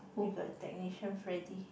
he's our technician Freddy